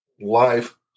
life